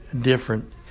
different